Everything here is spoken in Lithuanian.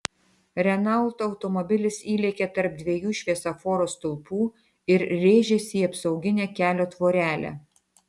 renault automobilis įlėkė tarp dviejų šviesoforo stulpų ir rėžėsi į apsauginę kelio tvorelę